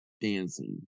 dancing